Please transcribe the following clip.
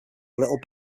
little